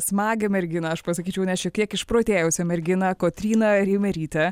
smagią merginą aš pasakyčiau net šiek kiek išprotėjusią merginą kotryną reimerytę